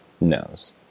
knows